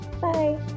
Bye